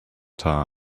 time